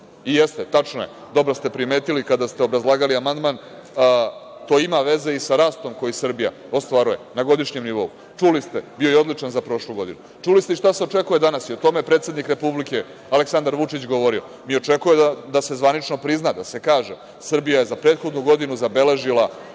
I jeste, tačno je, dobro ste primetili kada ste obrazlagali amandman, to ima veze i sa rastom koji Srbija ostvaruje na godišnjem nivou. Čuli ste, bio je odličan za prošlu godinu. Čuli ste šta se o očekuje danas. O tome je i predsednik republike Aleksandar Vučić govorio i očekuje da se zvanično prizna, da se kaže Srbija je za prethodnu godinu zabeležila